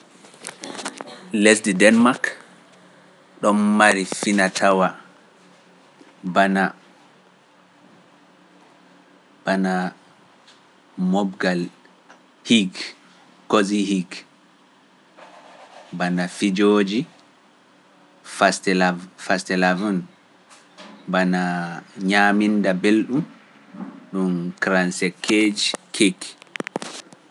Lesdi Denemark ɗo mari finatawa bana moobgal hig, koosi hig, bana fijooji, fastela, bana ñaaminda belɗum, ɗum karanse keeci keeki.